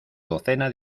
docena